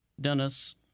Dennis